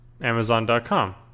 Amazon.com